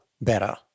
better